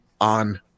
on